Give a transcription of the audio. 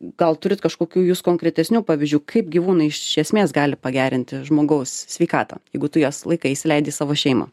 gal turit kažkokių jūs konkretesnių pavyzdžių kaip gyvūnai iš esmės gali pagerinti žmogaus sveikatą jeigu tu jas laikai įsileidi į savo šeimą